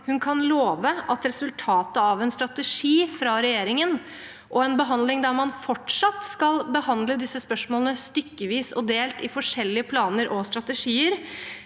hun kan love at en strategi fra regjeringen og en behandling der man fortsatt skal behandle disse spørsmålene stykkevis og delt i forskjellige planer og strategier,